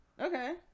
Okay